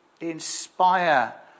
inspire